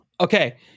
Okay